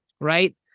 right